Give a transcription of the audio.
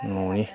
न'नि